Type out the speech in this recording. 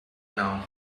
now